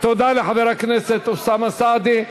תודה לחבר הכנסת אוסאמה סעדי.